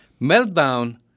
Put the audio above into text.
meltdown